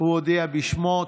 הוא הודיע בשמו.